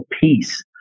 peace